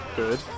good